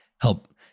help